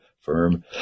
firm